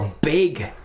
big